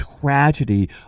tragedy